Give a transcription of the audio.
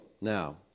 Now